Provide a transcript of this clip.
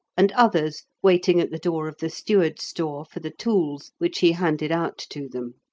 and others waiting at the door of the steward's store for the tools, which he handed out to them.